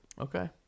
Okay